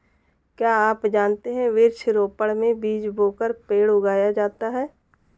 क्या आप जानते है वृक्ष रोपड़ में बीज बोकर पेड़ उगाया जाता है